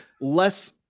less